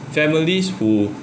families who